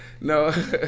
No